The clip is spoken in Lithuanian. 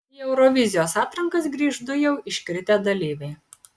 į eurovizijos atrankas grįš du jau iškritę dalyviai